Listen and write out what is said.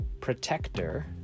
protector